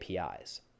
APIs